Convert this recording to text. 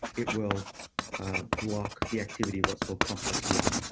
it will block the activity what's called complex one,